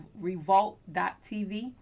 Revolt.tv